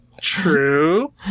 True